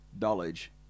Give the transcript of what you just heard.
knowledge